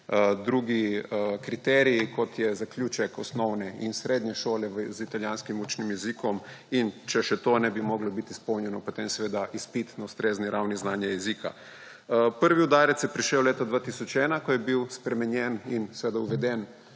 drugi kriteriji, kot je zaključek osnovne in srednje šole z italijanskim učnim jezikom; in če še to ne bi moglo biti izpolnjeno, potem seveda izpit na ustrezni ravni znanja jezika. Prvi udarec je prišel leta 2001, ko je bil spremenjen in seveda uveden